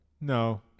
No